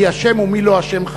מי אשם ומי לא אשם,